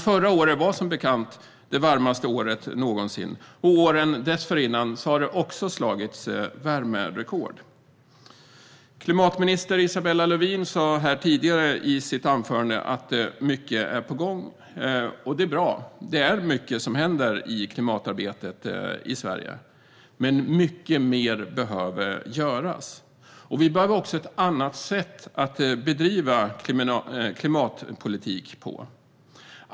Förra året var som bekant det varmaste året någonsin, och åren dessförinnan har det också slagits värmerekord. Klimatminister Isabella Lövin sa här tidigare i sitt anförande att mycket är på gång, och det är bra. Det är mycket som händer i klimatarbetet i Sverige, men mycket mer behöver göras. Vi behöver också ett annat sätt att bedriva klimatpolitik.